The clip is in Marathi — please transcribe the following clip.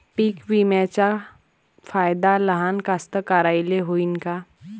पीक विम्याचा फायदा लहान कास्तकाराइले होईन का?